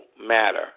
matter